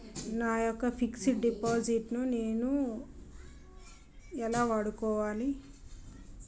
నా యెక్క fixed deposit ను నేను ఎలా వాడుకోవాలి?